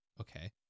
okay